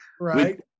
Right